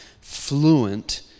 fluent